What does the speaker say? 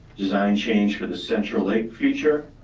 design change for the central lake feature,